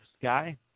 Sky